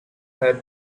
her